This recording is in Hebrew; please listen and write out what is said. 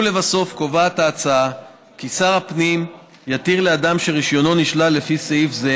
לבסוף קובעת ההצעה כי שר הפנים יתיר לאדם שרישיונו נשלל לפי סעיף זה